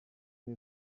ubu